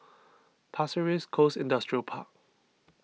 Pasir Ris Coast Industrial Park